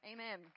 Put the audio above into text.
Amen